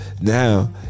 Now